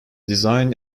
designed